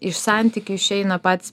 iš santykių išeina patys